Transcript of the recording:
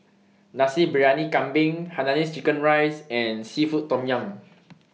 Nasi Briyani Kambing Hainanese Chicken Rice and Seafood Tom Yum